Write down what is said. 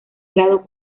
grado